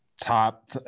top